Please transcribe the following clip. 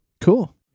Cool